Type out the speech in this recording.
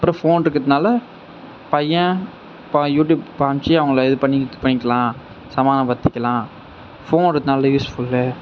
அப்பறம் ஃபோன் இருக்கிறதுனால பையன் ப யூடியூப் காம்ச்சு அவங்கள இது பண்ணிக்கிட்டு இது பண்ணிக்கலாம் சமாதானம் படுத்திக்கலாம் ஃபோன் இருக்கிறதுனால யூஸ் ஃபுல்லு